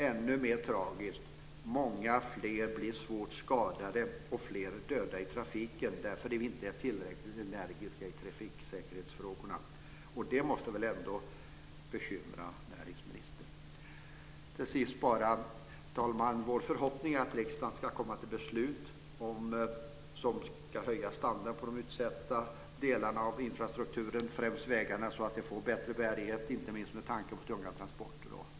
Ännu mer tragiskt är att många fler blir svårt skadade och fler blir dödade i trafiken därför att vi inte är tillräckligt energiska i trafiksäkerhetsfrågorna. Och det måste väl ändå bekymra näringsministern. Till sist, herr talman: Vår förhoppning är att riksdagen ska komma till beslut som ska höja standarden på de utsatta delarna av infrastrukturen, främst vägarna, så att de får bättre bärighet inte minst med tanke på tunga transporter.